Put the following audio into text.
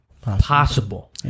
possible